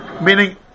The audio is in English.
Meaning